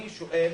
אני שואל